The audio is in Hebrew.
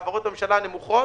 את העברות הממשלה הנמוכות,